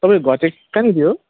तपाईँको घर चाहिँ कहाँनेरि हो